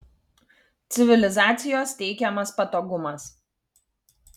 civilizacijos teikiamas patogumas